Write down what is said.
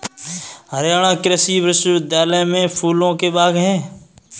हरियाणा कृषि विश्वविद्यालय में फूलों के बाग हैं